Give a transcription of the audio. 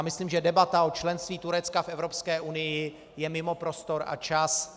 Myslím, že debata o členství Turecka v Evropské unii je mimo prostor a čas.